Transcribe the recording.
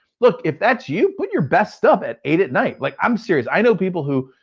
look, if that's you, put your best stuff at eight at night, like, i'm serious. i know people who,